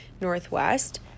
Northwest